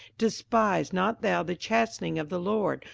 despise not thou the chastening of the lord,